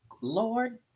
Lord